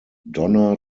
donna